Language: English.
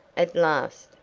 at last,